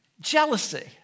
Jealousy